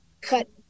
cut